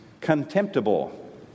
contemptible